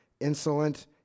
insolent